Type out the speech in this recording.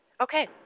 Okay